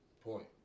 Point